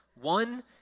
One